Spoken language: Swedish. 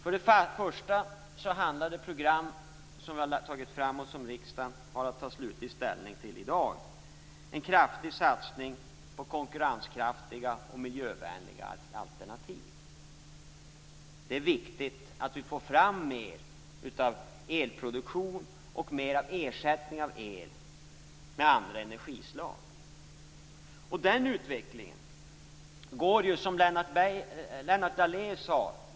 För det första handlar programmet, som riksdagen i dag har att ta slutlig ställning till, om en kraftig satsning på konkurrenskraftiga och miljövänliga alternativ. Det är viktigt att vi får fram mer elproduktion och mer ersättning av el med andra energislag. Den utvecklingen går väldigt bra, som Lennart Daléus sade.